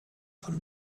von